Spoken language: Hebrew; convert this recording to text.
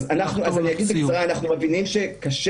אז אני אגיד בקצרה: אנחנו מבינים שקשה